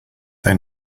they